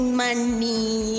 money